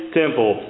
temple